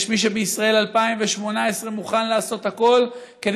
יש מי שבישראל 2018 מוכן לעשות הכול כדי